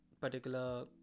particular